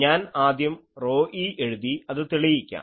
ഞാൻ ആദ്യം ρe എഴുതി അത് തെളിയിക്കാം